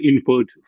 input